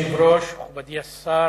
אדוני היושב-ראש, מכובדי השר,